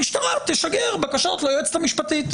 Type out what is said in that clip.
המשטרה תשגר בקשות ליועצת המשפטית.